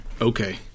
okay